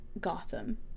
Gotham